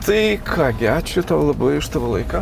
tai ką gi ačiū tau labai už tavo laiką